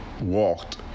walked